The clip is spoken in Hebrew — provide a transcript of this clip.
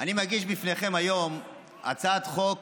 אני מגיש בפניכם היום הצעת חוק